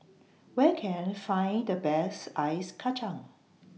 Where Can I Find The Best Ice Kacang